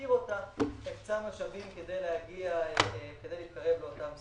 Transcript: הקצה משאבים כדי להתקרב לאותם סכומים.